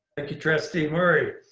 thank you, trustee murray.